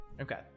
Okay